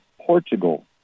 Portugal